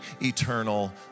eternal